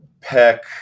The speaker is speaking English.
Peck